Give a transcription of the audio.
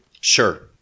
Sure